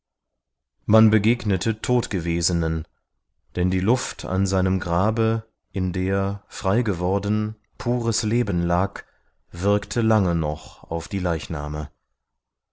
man begegnete totgewesenen denn die luft an seinem grabe in der frei geworden pures leben lag wirkte lange noch auf die leichname